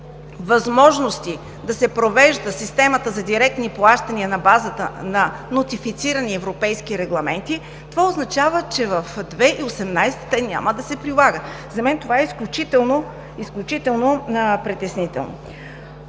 възможности да се провежда системата за директни плащания на базата на нотифицирани европейски регламенти, това означава, че в 2018 г. те няма да се прилагат. За мен това е изключително притеснително.